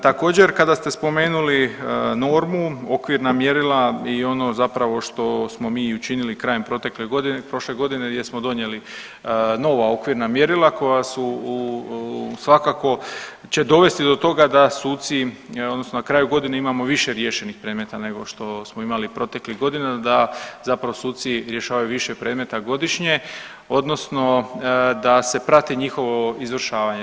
Također kada ste spomenuli normu, okvirna mjerila i ono zapravo što mi i učinili krajem protekle godine, prošle godine gdje smo donijeli nova okvirna mjerila koja su svakako će dovesti do toga da suci odnosno na kraju godine imamo više riješenih predmeta nego što smo imali proteklih godina, da zapravo suci rješavaju više predmeta godišnje odnosno da se prati njihovo izvršavanje.